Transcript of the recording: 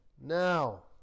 Now